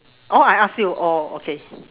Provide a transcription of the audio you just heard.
oh I ask you oh okay